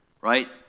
right